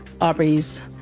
Aubrey's